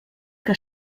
que